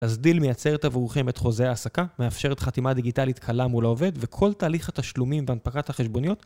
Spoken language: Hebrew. אז דיל מייצרת עבורכם את חוזה העסקה, מאפשרת חתימה דיגיטלית קלה מול העובד וכל תהליך התשלומים והנפקת החשבוניות